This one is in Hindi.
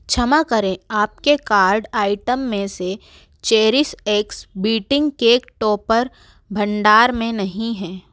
क्षमा करें आपके कार्ट आइटम्स में से cherish x beating cake topper भंडार में नहीं है